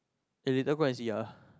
eh later go and see yeah